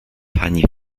pani